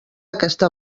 aquesta